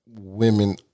women